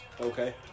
Okay